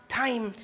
time